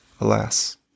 alas